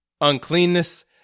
uncleanness